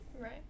Right